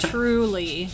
Truly